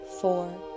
four